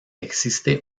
existe